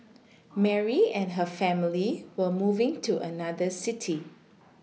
Mary and her family were moving to another city